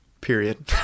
period